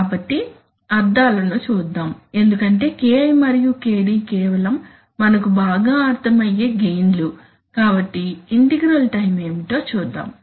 కాబట్టి అర్ధాలను చూద్దాం ఎందుకంటే KI మరియు KD కేవలం మనకు బాగా అర్థమయ్యే గెయిన్ లు కాబట్టి ఇంటిగ్రల్ టైం ఏమిటో చూద్దాం